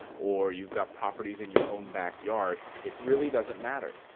or you've got properties in your own backyard, it really doesn't matter.